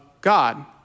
God